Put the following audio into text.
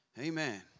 Amen